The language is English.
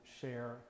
share